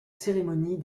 cérémonies